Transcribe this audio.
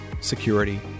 security